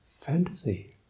fantasy